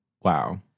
Wow